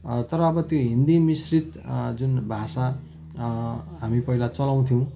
तर अब त्यो हिन्दी मिश्रित जुन भाषा हामी पहिला चलाउँथ्यौँ